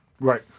Right